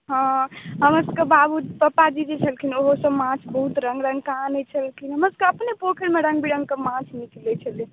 हँ हमर सभके बाबू पपाजी जे छलखिन ओहो सब माछ बहुत रङ्ग रङ्गके आनै छलखिन हमर सभके अपने पोखरिमे रङ्ग बिरङ्गके माछ निकलै छलै